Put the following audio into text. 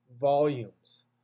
volumes